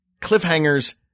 Cliffhangers